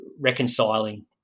reconciling